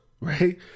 right